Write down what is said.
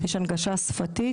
יש הנגשה שפתית.